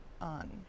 on